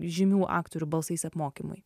žymių aktorių balsais apmokymui